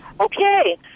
Okay